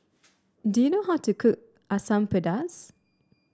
do you know how to cook Asam Pedas